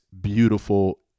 beautiful